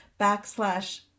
backslash